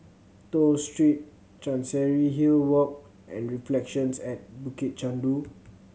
Toh Street Chancery Hill Walk and Reflections at Bukit Chandu